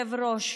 כבוד היושב-ראש,